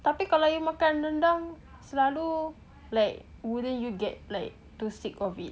tapi kalau you makan rendang selalu like wouldn't you get like too sick of it